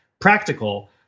practical